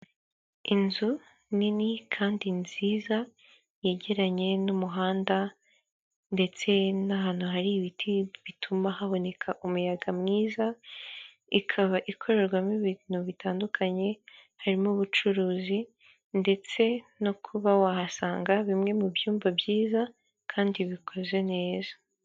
Inzu nini kandi nziza yegeranye n'umuhanda ndetse n'ahantu hari ibiti bituma haboneka umuyaga mwiza, ikaba ikorerwamo ibintu bitandukanye harimo ubucuruzi ndetse no kuba wahasanga bimwe mu byumba byiza kandi bikoze neza.